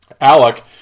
Alec